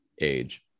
age